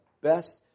best